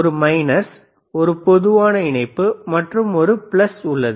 ஒரு மைனஸ் ஒரு பொதுவான இணைப்பு மற்றும் ஒரு பிளஸ் உள்ளது